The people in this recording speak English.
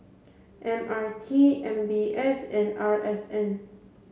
M R T M B S and R S N